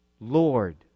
Lord